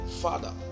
Father